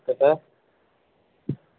okay sir